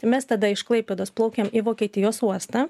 mes tada iš klaipėdos plaukiam į vokietijos uostą